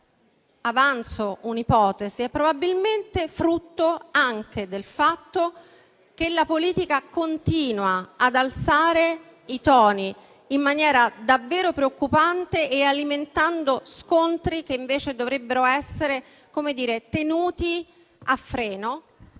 Avanzo un'ipotesi: probabilmente ciò è anche frutto del fatto che la politica continua ad alzare i toni in maniera davvero preoccupante, alimentando scontri che, invece, dovrebbero essere tenuti a freno.